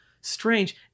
strange